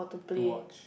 to watch